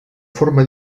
forma